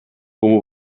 como